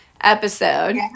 episode